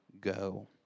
go